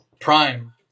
Prime